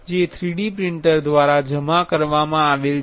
જે 3D printer દ્વારા જમા કરવામા આવેલ છે